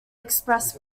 express